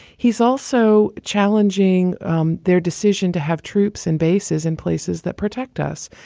he's also challenging um their decision to have troops and bases in places that protect us.